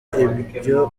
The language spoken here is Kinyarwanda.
ibyo